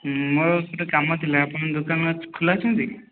ହୁଁ ମୋର ଟିକେ କାମଥିଲା ଆପଣଙ୍କ ଦୋକାନ ଖୋଲାଅଛନ୍ତି